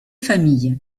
familles